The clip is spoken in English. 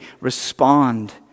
respond